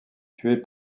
tué